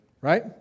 Right